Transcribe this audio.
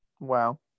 Wow